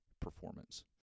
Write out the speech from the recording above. performance